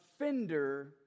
offender